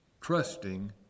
trusting